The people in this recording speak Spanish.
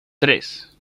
tres